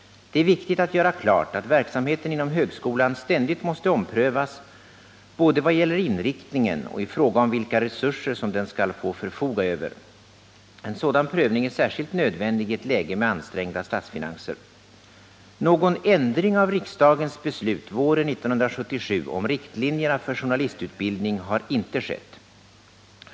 Det är viktigt att göra klart att verksamheten inom högskolan ständigt måste omprövas både vad gäller inriktningen och i fråga om vilka resurser som den skall få förfoga över. En sådan prövning är särskilt nödvändig i ett läge med ansträngda statsfinanser. Någon ändring av riksdagens beslut våren 1977 om riktlinjerna för journalistutbildning har inte skett.